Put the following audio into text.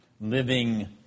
living